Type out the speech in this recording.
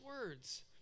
words